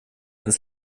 ins